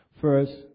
First